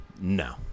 no